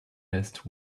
vest